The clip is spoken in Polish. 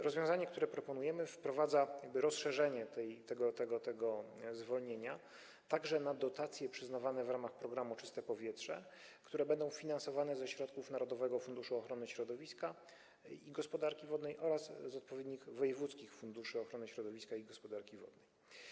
Rozwiązanie, które proponujemy, wprowadza rozszerzenie tego zwolnienia także na dotacje przyznawane w ramach programu „Czyste powietrze”, które będą finansowane ze środków Narodowego Funduszu Ochrony Środowiska i Gospodarki Wodnej oraz z odpowiednich wojewódzkich funduszy ochrony środowiska i gospodarki wodnej.